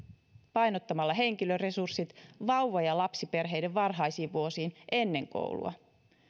painottamalla henkilöresurssit vauva ja lapsiperheiden varhaisiin vuosiin ennen koulua